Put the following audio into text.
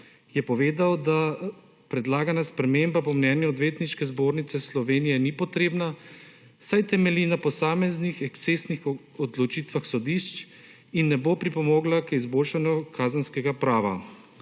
je povedal, da predlagana sprememba po mnenju Odvetniške zbornice Slovenije ni potrebna, saj temelji na posameznih ekscesnih odločitvah sodišč in ne bo pripomogla k izboljšanju kazenskega prava.